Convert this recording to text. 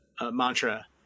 mantra